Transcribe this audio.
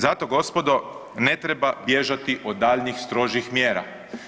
Zato gospodo ne treba bježati od daljnjih strožih mjera.